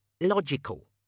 logical